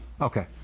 Okay